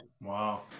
Wow